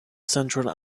central